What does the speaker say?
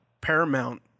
Paramount